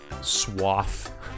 swath